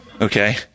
Okay